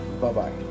bye-bye